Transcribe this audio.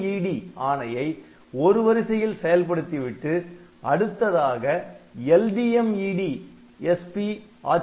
STMED ஆணையை ஒரு வரிசையில் செயல்படுத்தி விட்டு அடுத்ததாக LDMED SP